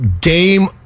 game